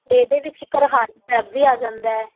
ਇਹਦੇ ਵਿੱਚ ਕਰਹਾਲੀ ਸਾਹਿਬ ਵੀ ਆ ਜਾਂਦਾ